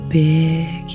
big